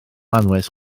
anwes